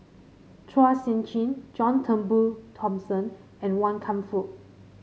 Chua Sian Chin John Turnbull Thomson and Wan Kam Fook